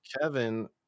Kevin